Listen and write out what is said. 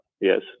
yes